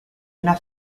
una